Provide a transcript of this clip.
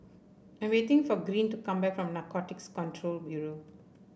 I'm waiting for Greene to come back from Narcotics Control Bureau